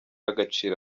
agaciro